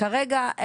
כרגע,